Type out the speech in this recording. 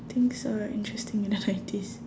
things are interesting in the nineties